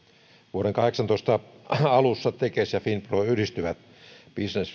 vuoden kahdeksantoista alussa tekes ja finpro yhdistyvät business